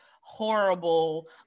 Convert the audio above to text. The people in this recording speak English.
horrible